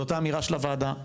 זאת האמירה של הוועדה.